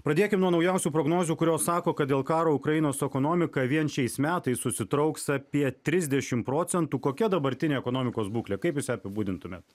pradėkim nuo naujausių prognozių kurios sako kad dėl karo ukrainos ekonomika vien šiais metais susitrauks apie trisdešim procentų kokia dabartinė ekonomikos būklė kaip jūs ją apibūdintumėt